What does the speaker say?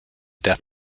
death